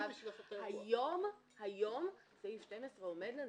היום סעיף 12 עומד לנו.